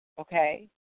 Okay